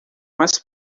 mais